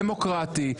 דמוקרטי,